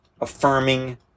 affirming